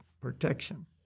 protection